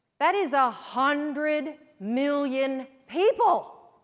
that is a hundred million people!